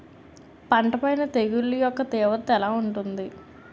పంట పైన తెగుళ్లు యెక్క తీవ్రత ఎలా ఉంటుంది